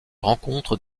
rencontre